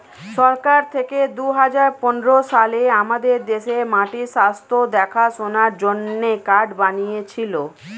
সরকার থেকে দুহাজার পনেরো সালে আমাদের দেশে মাটির স্বাস্থ্য দেখাশোনার জন্যে কার্ড বানিয়েছিলো